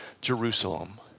Jerusalem